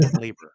Labor